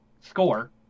score